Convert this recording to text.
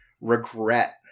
regret